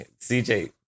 CJ